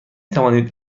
توانید